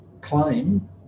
claim